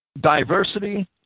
diversity